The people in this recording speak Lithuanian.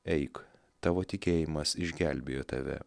eik tavo tikėjimas išgelbėjo tave